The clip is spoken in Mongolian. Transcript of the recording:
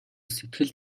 сэтгэл